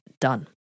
done